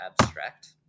abstract